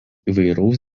įvairaus